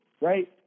Right